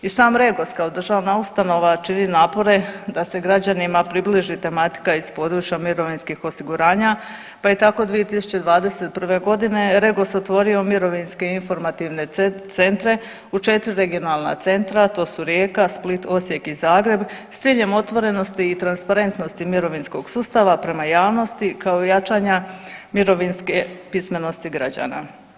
I sam REGOS kao državna ustanova čini napore da se građanima približi tematika iz područja mirovinskih osiguranja pa je tako 2021. godine REGOS otvorio mirovinske informativne centre u 4 regionalna centra, a to Rijeka, Split, Osijek i Zagreb s ciljem otvorenosti i transparentnosti mirovinskog sustava prema javnosti kao i jačanja mirovinske pismenosti građana.